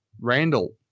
Randall